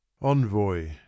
Envoy